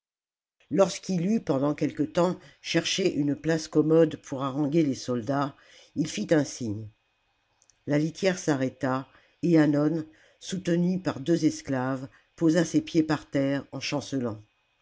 lorsqu'il eut pendant quelque temps cherché une place commode pour haranguer les soldats il fit un signe la litière s'arrêta et hannon soutenu par deux esclaves posa ses pieds par terre en chancelant